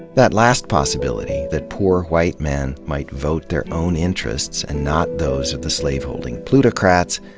that last possibility, that poor white men might vote their own interests and not those of the slaveholding plutocrats,